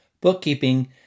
bookkeeping